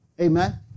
Amen